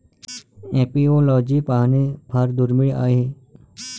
apiology पाहणे फार दुर्मिळ आहे